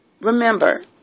Remember